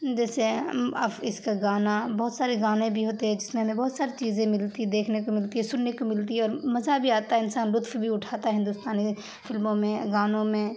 جیسے اف اس کا گانا بہت سارے گانے بھی ہوتے ہیں جس میں ہمیں بہت ساری چیزیں ملتی دیکھنے کو ملتی ہے سننے کو ملتی ہے اور مزہ بھی آتا ہے انسان لطف بھی اٹھاتا ہے ہندوستانی فلموں میں گانوں میں